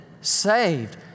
saved